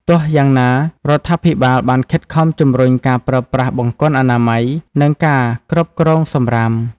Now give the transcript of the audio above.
ទោះយ៉ាងណា រដ្ឋាភិបាលបានខិតខំជំរុញការប្រើប្រាស់បង្គន់អនាម័យ និងការគ្រប់គ្រងសំរាម។